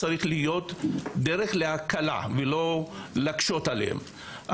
צריכה להיות דרך להקלה ולא להקשות עליהם.